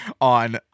on